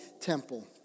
temple